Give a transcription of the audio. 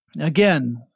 again